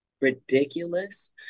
ridiculous